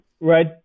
right